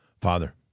Father